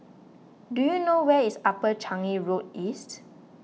do you know where is Upper Changi Road East